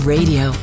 Radio